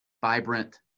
vibrant